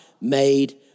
made